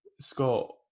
Scott